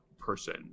person